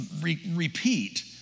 repeat